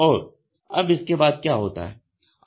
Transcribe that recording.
और अब इसके बाद क्या होता है